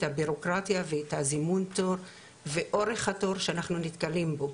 הבירוקרטיה ואת הזימון תור ואורך התור שאנחנו נתקלים בו.